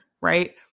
right